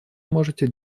можете